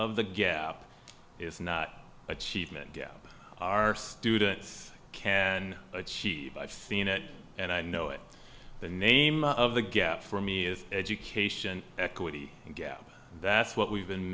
of the gap is not achievement gap our students can achieve i've seen it and i know it the name of the gap for me is education equity gap that's what we've been